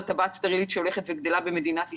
טבעת סטרילית שהולכת וגדלה במדינת ישראל,